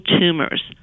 tumors